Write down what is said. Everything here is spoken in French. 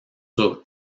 sur